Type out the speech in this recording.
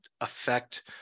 affect